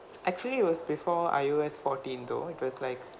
actually it was before I_O_S fourteen though it was like